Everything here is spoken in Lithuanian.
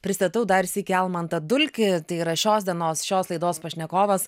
pristatau dar sykį almantą dulkį tai yra šios dienos šios laidos pašnekovas